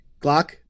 Glock